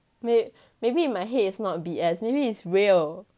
mayb~ maybe in my head it's not B_S maybe it's real